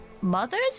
mother's